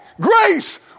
Grace